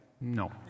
No